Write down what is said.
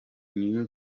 new